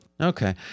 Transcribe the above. Okay